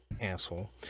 asshole